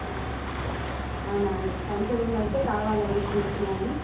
అవునా అండి ఫంక్షన్ ఉందంటే కావాలండి ఇప్పుడు చెప్పినవన్ని